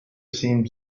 seemed